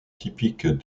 typiques